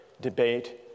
debate